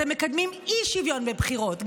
אתם מקדמים אי-שוויון בבחירות.